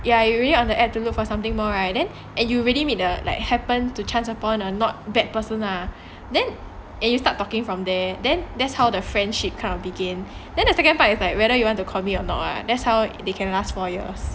ya you really on the app to look for something more right then and you really meet the like happen to chance upon a not bad person lah then and you start talking from there then that's how the friendship kind of begin then a second part it's like whether you want to commit or not lah that's how they can last four years